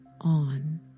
on